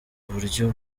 uburyo